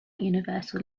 universal